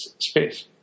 space